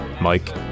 Mike